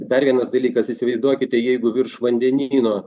dar vienas dalykas įsivaizduokite jeigu virš vandenyno